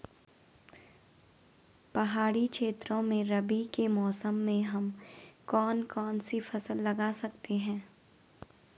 पहाड़ी क्षेत्रों में रबी के मौसम में हम कौन कौन सी फसल लगा सकते हैं?